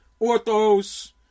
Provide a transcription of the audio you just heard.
Orthos